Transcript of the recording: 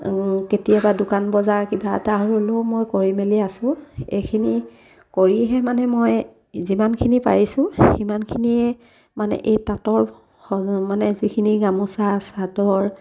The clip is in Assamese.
কেতিয়াবা দোকান বজাৰ কিবা এটা হ'লেও মই কৰি মেলি আছোঁ এইখিনি কৰিহে মানে মই যিমানখিনি পাৰিছোঁ সিমানখিনিয়ে মানে এই তাঁতৰ মানে যিখিনি গামোচা চাদৰ